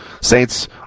Saints